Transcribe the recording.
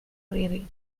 rearing